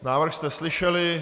Návrh jste slyšeli.